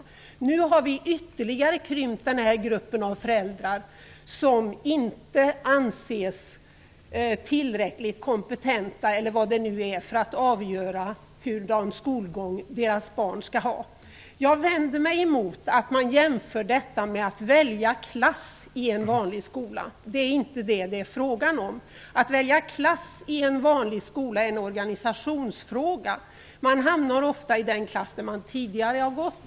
Nu har vi ytterligare krympt den här gruppen av föräldrar som inte anses tillräckligt kompetenta eller vad det nu är för att avgöra vilken skolgång deras barn skall ha. Jag vänder mig mot att man jämför detta med att välja klass i en vanlig skola. Det är inte detta det är fråga om. Att välja klass i en vanlig skola är en organisationsfråga. Man hamnar ofta i den klass där man tidigare har gått.